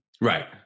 Right